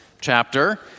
chapter